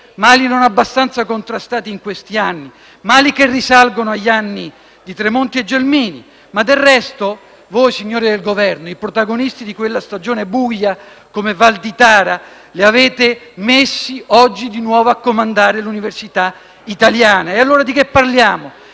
stati abbastanza contrastati in questi anni, ma che risalgono agli anni di Tremonti e Gelmini. Del resto, voi, signori del Governo, i protagonisti di quella stagione buia, come Valditara, li avete messi oggi di nuovo a comandare l'università italiana. Allora di che parliamo?